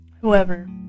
whoever